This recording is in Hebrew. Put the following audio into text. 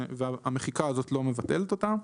והמחיקה הזאת לא מבטלת אותה.